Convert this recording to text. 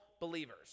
believers